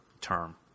term